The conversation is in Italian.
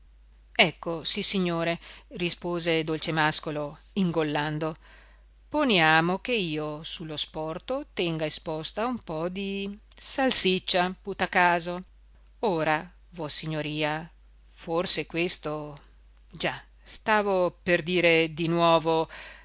caso ecco sissignore rispose dolcemàscolo ingollando poniamo che io su lo sporto tenga esposta un po di salsiccia putacaso ora vossignoria forse questo già stavo per dire di nuovo